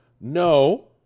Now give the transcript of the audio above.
No